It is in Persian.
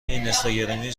اینستاگرامی